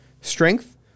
strength